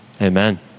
Amen